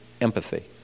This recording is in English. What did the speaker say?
empathy